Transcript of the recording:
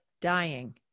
dying